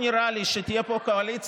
השר, ולאחר מכן נעבור להצבעה.